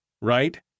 right